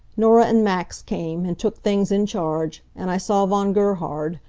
norah and max came, and took things in charge, and i saw von gerhard,